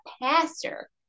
pastor